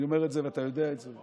אני אומר את זה, ואתה יודע את זה.